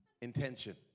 Intention